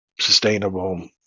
sustainable